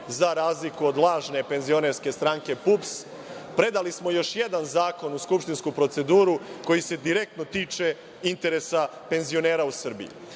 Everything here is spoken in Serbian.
za razliku od lažne penzionerske stranke PUPS, predali smo još jedan zakon u skupštinsku proceduru koji se direktno tiče interesa penzionera u Srbiji. Naime,